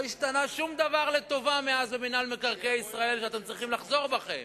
לא השתנה שום דבר לטובה מאז במינהל מקרקעי ישראל שאתם צריכים לחזור בכם.